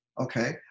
okay